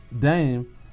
Dame